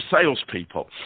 salespeople